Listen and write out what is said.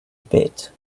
bit